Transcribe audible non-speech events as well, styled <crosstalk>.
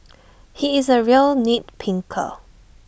<noise> he is A real nit picker